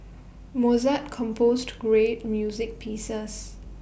Mozart composed great music pieces